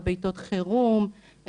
ובעתות חירום,